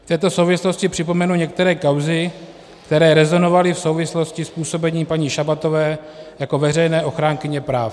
V této souvislosti připomenu některé kauzy, které rezonovaly v souvislosti s působením paní Šabatové jako veřejné ochránkyně práv.